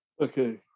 Okay